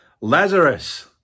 Lazarus